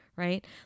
Right